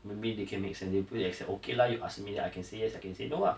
maybe they can make make somebody plead and say okay lah you ask me then I can say yes I can say no lah